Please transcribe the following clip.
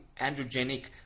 androgenic